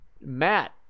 Matt